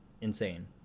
Insane